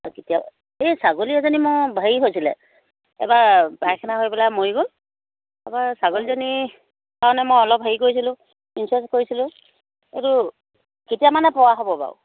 কেতিয়া এই ছাগলী এজনী মোৰ হেৰি হৈছিলে এবাৰ পাইখানা হৈ পেলাই মৰি গ'ল তাৰপৰা ছাগলীজনীৰ কাৰণে মই অলপ হেৰি কৰিছিলোঁ ইঞ্চুৰেঞ্চ কৰিছিলোঁ এইটো কেতিয়া মানে পোৱা হ'ব বাৰু